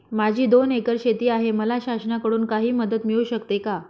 माझी दोन एकर शेती आहे, मला शासनाकडून काही मदत मिळू शकते का?